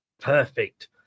Perfect